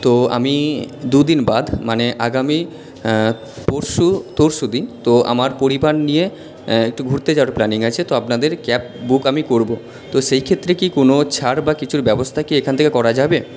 তো আমি দুদিন বাদ মানে আগামী পরশু তরশু দিন তো আমার পরিবার নিয়ে একটু ঘুরতে যাওয়ার প্লানিং আছে তো আপনাদের ক্যাব বুক আমি করবো তো সেই ক্ষেত্রে কি কোনো ছাড় বা কিছুর ব্যবস্থা কি এখান থেকে করা যাবে